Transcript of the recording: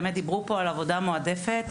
דיברו פה על עבודה מועדפת,